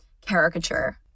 caricature